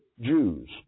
Jews